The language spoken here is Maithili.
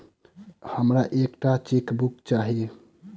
हमरा एक टा चेकबुक चाहि